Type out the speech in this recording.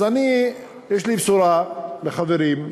אז אני, לי יש בשורה לחברים: